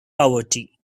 poverty